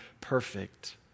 perfect